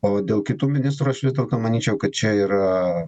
o dėl kitų ministrų aš vis dėlto manyčiau kad čia yra